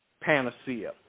Panacea